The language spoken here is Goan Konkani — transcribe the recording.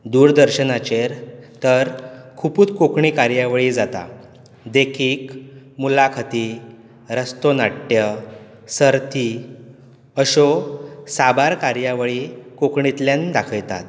दुरदर्शनाचेर तर खुबूच कोंकणी कार्यावळी जातात देखीक मुलाखती रस्तो नाट्य सर्ती अश्यो साबार कार्यावळी कोंकणीतल्यांन दाखयतात